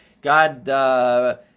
God